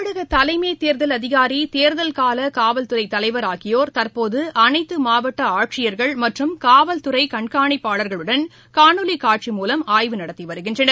தமிழகதலைமைத் தேர்தல் அதிகாரி தேர்தல் காலகாவல்துறைதலைவர் ஆகியோர் தற்போதுஅனைத்தமாவட்டஆட்சியர்கள் மற்றும் காவல்துறைகண்காணிப்பாளர்களுடன் காணொலிகாட்சி மூலம் ஆய்வு நடத்திவருகின்றனர்